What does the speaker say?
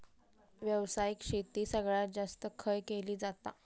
व्यावसायिक शेती सगळ्यात जास्त खय केली जाता?